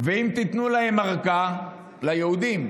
ואם תיתנו להם ארכה, ליהודים,